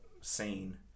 scene